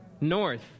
North